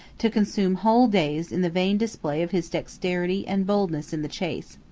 to consume whole days in the vain display of his dexterity and boldness in the chase.